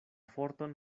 forton